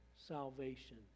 Salvation